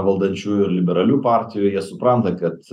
valdančiųjų ir liberalių partijų jie supranta kad